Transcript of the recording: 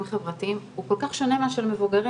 חברתיים הוא כל כך שונה מאשר מבוגרים,